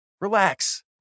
Relax